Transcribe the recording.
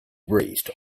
erased